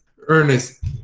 Ernest